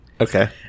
Okay